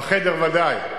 בחדר בוודאי.